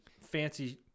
fancy